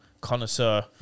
connoisseur